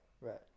Right